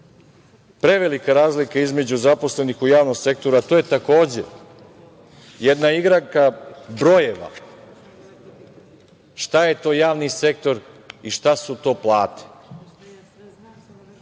prevelika razlika između zaposlenih u javnom sektoru a to je takođe jedna igranka brojeva, šta je to javni sektor, a šta su to plate?